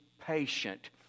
patient